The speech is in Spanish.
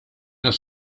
nos